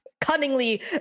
cunningly